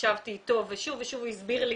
ישבתי איתו ושוב ושוב הוא הסביר לי